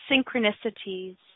synchronicities